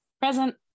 Present